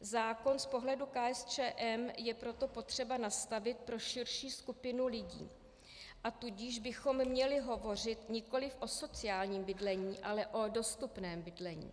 Zákon z pohledu KSČM je proto potřeba nastavit pro širší skupinu lidí, a tudíž bychom měli hovořit nikoliv o sociálním bydlení, ale o dostupném bydlení.